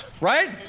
right